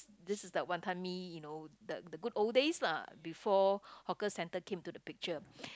this is the Wanton-Mee you know the the good old days lah before hawker centre came to the picture